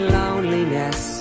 loneliness